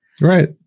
Right